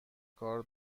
کار